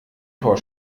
tor